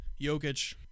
Jokic